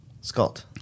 Scott